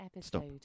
stop